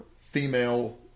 female